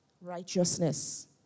righteousness